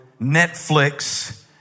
Netflix